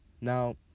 Now